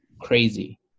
crazy